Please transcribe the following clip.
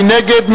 מי נגד?